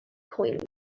coins